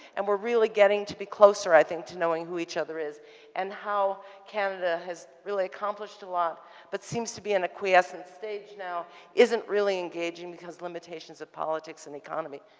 and we're really getting to be closer, i think, to knowing who each other is and how canada has really accomplished a lot but seems to be in a quiescent stage now isn't really engaging because limitations of politics and economy.